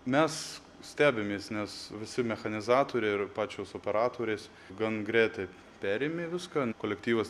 mes stebimės nes visi mechanizatoriai ir pačios operatorės gan greitai perėmė viską kolektyvas